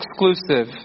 exclusive